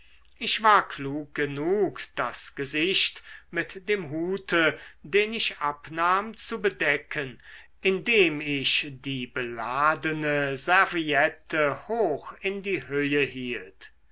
ich war klug genug das gesicht mit dem hute den ich abnahm zu bedecken indem ich die beladene serviette hoch in die höhe hielt